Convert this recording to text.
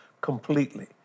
completely